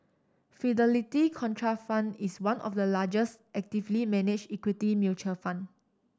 Fidelity Contrafund is one of the largest actively managed equity mutual fund